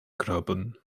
kruipen